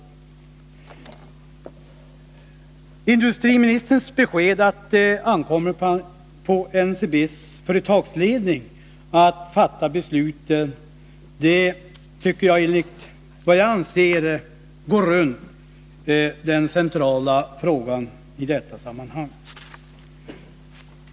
När industriministern lämnar beskedet att det ankommer på NCB:s företagsledning att fatta besluten, tycker jag att han går runt den centrala frågan i detta sammanhang.